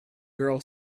girl